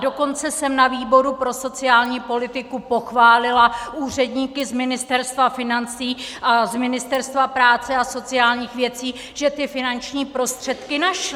Dokonce jsem na výboru pro sociální politiku pochválila úředníky z Ministerstva financí a z Ministerstva práce a sociálních věcí, že ty finanční prostředky našli.